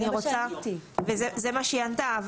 אני רוצה, זה מה שהיא ענתה.